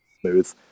smooth